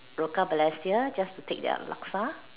Rochor Balestier just to take their laksa